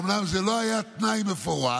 אומנם זה לא היה תנאי מפורש,